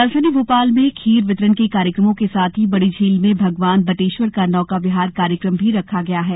राजधानी भोपाल में खीर वितरण के कार्यक्रमो के साथ ही बड़ी झील में भगवान बटेश्वर का नौका विहार का कार्यकम भी रखा गया है